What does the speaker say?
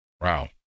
Wow